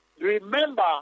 Remember